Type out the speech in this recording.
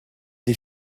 des